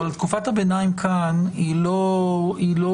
אבל תקופת הביניים כאן היא לא לשאלת